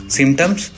symptoms